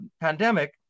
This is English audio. pandemic